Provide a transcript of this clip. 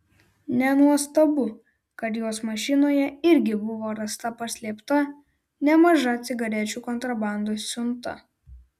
nenuostabu kad jos mašinoje irgi buvo rasta paslėpta nemaža cigarečių kontrabandos siunta